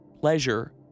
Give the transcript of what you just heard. Pleasure